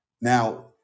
Now